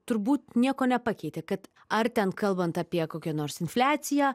turbūt nieko nepakeitė kad ar ten kalbant apie kokią nors infliaciją